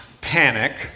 panic